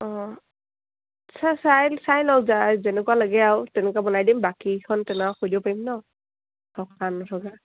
অঁ চাই চাই লওঁ যেনেকুৱা লাগে আৰু তেনেকুৱা বনাই দিম বাকীখন তেনেকুৱা পাৰিম ন থকা নথকা